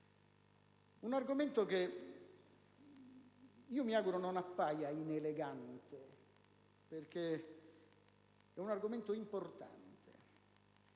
Un argomento che mi auguro non appaia inelegante, perché è importante: